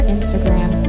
Instagram